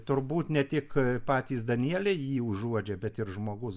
turbūt ne tik patys danieliai jį užuodžia bet ir žmogus